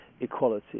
equality